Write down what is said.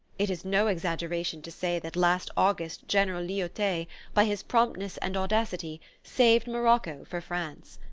it is no exaggeration to say that last august general lyautey, by his promptness and audacity, saved morocco for france.